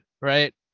right